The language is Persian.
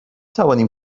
توانیم